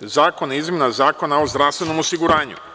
Zakon o izmenama Zakona o zdravstvenom osiguranju.